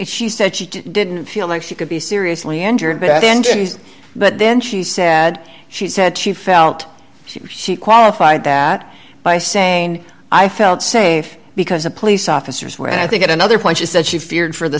she said she did didn't feel like she could be seriously injured but at the end but then she said she said she felt she qualified that by saying i felt safe because the police officers were and i think at another point she said she feared for the